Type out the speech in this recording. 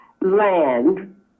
land